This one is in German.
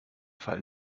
fall